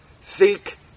Seek